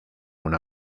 una